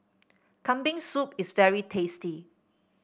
Kambing Soup is very tasty